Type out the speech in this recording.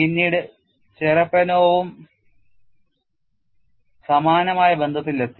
പിന്നീട് ചെറെപനോവും സമാനമായ ബന്ധത്തിൽ എത്തി